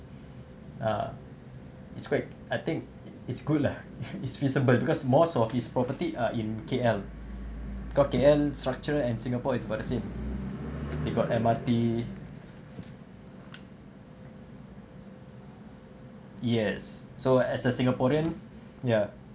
ah it's quite I think it it's good lah it's feasible because most office property are in K_L cause K_L structure and singapore is about the same they got M_R_T yes so as a singaporean ya